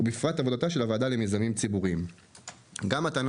ובפרט את עבודתה של הוועדה למיזמים ציבוריים.״ הרפורמה